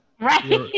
Right